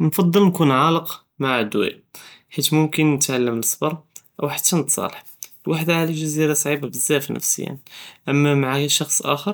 נקטר נكون עלק מע עדיוי, חית מומכין נתעלם אסבר ו חתא נתסאלח, וחדי עג'זירה סעיבה בזאף נפסיא אמה מעאיה אישי אחר,